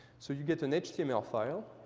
so you get an html file.